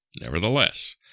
Nevertheless